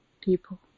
people